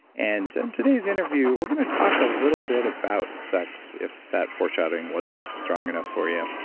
and in today's interview we're going to talk a little bit about sex, if that foreshadowing wasn't strong enough for you.